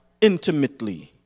intimately